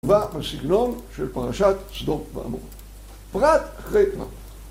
ובא בסגנון של פרשת סדום ועמורה. פרט אחרי פרט.